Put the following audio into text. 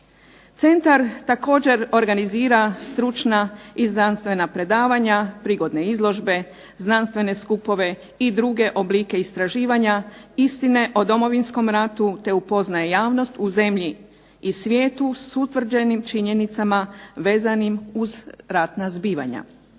Centar također organizira stručna i znanstvena predavanja, prigodne izložbe, znanstvene skupove i druge oblike istraživanja, istine o Domovinskom ratu te upoznaje javnost u zemlji i svijetu s utvrđenim činjenicama vezanim uz ratna zbivanja.